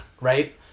right